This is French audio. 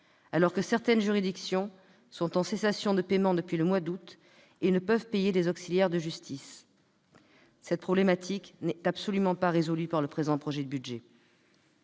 alors que certaines juridictions sont en cessation de paiement depuis le mois d'août et ne peuvent payer des auxiliaires de justice. Cette problématique n'est absolument pas résolue par le présent projet de budget.